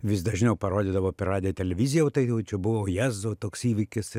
vis dažniau parodydavo per radiją televiziją o tai jau čia buvo jėzau toks įvykis